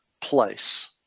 place